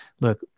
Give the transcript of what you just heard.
look